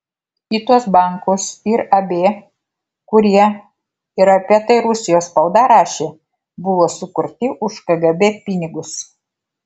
į tuos bankus ir ab kurie ir apie tai rusijos spauda rašė buvo sukurti už kgb pinigus